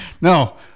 no